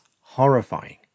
horrifying